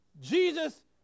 Jesus